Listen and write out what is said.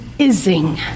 ising